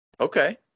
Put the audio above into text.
Okay